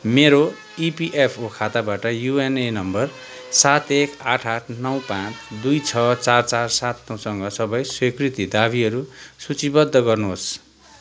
मेरो इपिएफओ खाताबाट UAN number सात एक आठ आठ नौ पाचँ दुई छ चार चार सात नौसँग सबै स्वीकृित दावीहरू सूचीबद्ध गर्नुहोस्